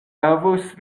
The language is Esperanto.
havos